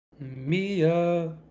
mia